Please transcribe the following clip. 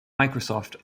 microsoft